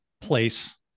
place